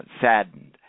saddened